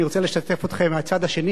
אני רוצה לשתף אתכם מהצד השני